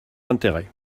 intérêts